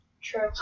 True